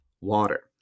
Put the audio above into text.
water